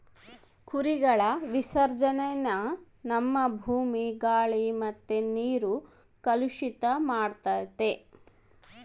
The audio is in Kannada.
ಕುರಿಗಳ ವಿಸರ್ಜನೇನ ನಮ್ಮ ಭೂಮಿ, ಗಾಳಿ ಮತ್ತೆ ನೀರ್ನ ಕಲುಷಿತ ಮಾಡ್ತತೆ